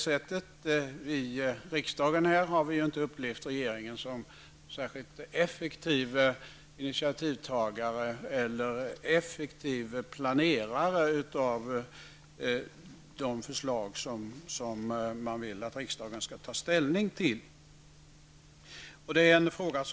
Vi i riksdagen har ju inte upplevt regeringen som någon särskilt effektiv initiativtagare eller planerare för de förslag som man vill att riksdagen skall ta ställning till.